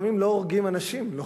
לוחמים לא הורגים אנשים.